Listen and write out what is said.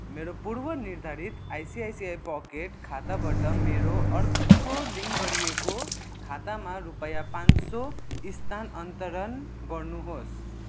मेरो पूर्वनिर्धारित ICICI pocket खाताबाट मेरो अर्को लिङ्क गरिएको खातामा रुपैँया पाँच सौ स्थानान्तरण गर्नुहोस्